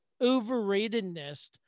overratedness